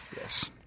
yes